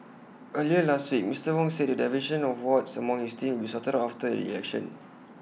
earlier last week Mister Wong said the division of wards among his team will sorted out after the election